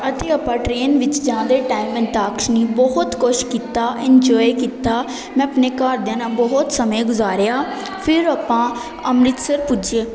ਅਤੇ ਆਪਾਂ ਟ੍ਰੇਨ ਵਿੱਚ ਜਾਣ ਦੇ ਟਾਇਮ ਅੰਤਾਕਸ਼ਨੀ ਬਹੁਤ ਕੁਛ ਕੀਤਾ ਇੰਜੋਆਏ ਕੀਤਾ ਮੈਂ ਆਪਣੇ ਘਰਦਿਆਂ ਨਾਲ ਬਹੁਤ ਸਮਾਂ ਗੁਜ਼ਾਰਿਆ ਫਿਰ ਆਪਾਂ ਅੰਮ੍ਰਿਤਸਰ ਪੁੱਜੇ